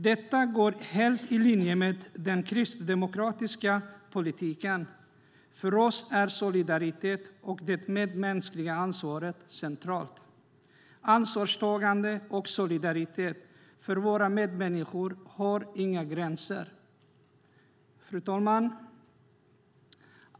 Detta är helt i linje med den kristdemokratiska politiken. För oss är solidaritet och medmänskligt ansvar centrala delar. Ansvarstagande och solidaritet för våra medmänniskor har inga gränser. Fru talman!